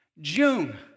June